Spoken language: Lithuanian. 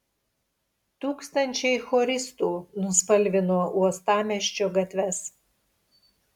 tūkstančiai choristų nuspalvino uostamiesčio gatves